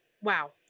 Wow